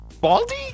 Baldy